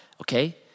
Okay